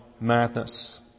madness